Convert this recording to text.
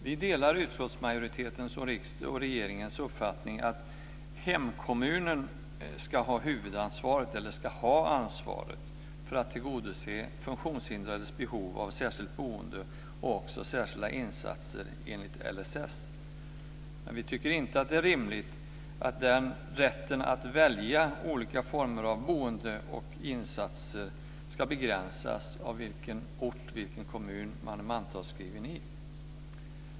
Vi delar utskottsmajoritetens och regeringens uppfattning att hemkommunen ska ha ansvaret för att tillgodose funktionshindrades behov av särskilt boende och särskilda insatser enligt LSS. Men vi tycker inte att det är rimligt att rätten att välja olika former av boende och insatser ska begränsas av vilken kommun man är mantalsskriven i.